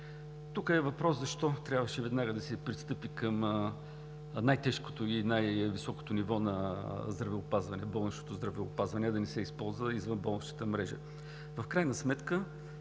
Тук е въпрос защо трябваше веднага да се пристъпи към най-тежкото и най-високото ниво на болничното здравеопазване, а да не се използва извънболничната мрежа. В крайна сметка